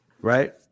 right